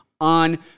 on